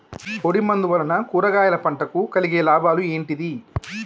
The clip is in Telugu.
పొడిమందు వలన కూరగాయల పంటకు కలిగే లాభాలు ఏంటిది?